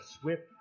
swift